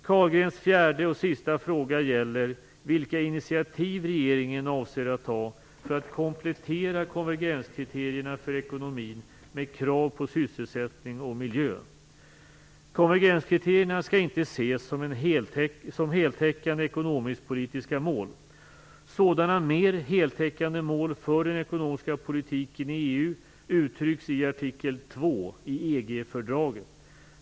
Carlgrens fjärde och avslutande fråga gäller vilka initiativ regeringen avser att ta för att komplettera konvergenskriterierna för ekonomin med krav på sysselsättning och miljö. Konvergenskriterierna skall inte ses som heltäckande ekonomisk-politiska mål. Sådana mer heltäckande mål för den ekonomiska politiken i EU uttrycks i artikel 2 i EG-fördraget.